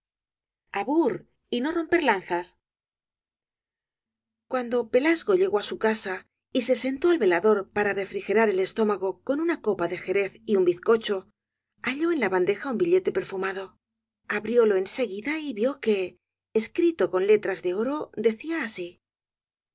abur abur y no romper lanzas cuando pelasgo llegó á su casa y se sentó al velador para refrigerar el estómago con una copa de jerez y un bizcocho halló en la bandeja un billete perfuel caballero de las botas azules mado abriólo en seguida y vio que escrito con letras de oro decía así